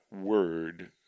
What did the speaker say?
word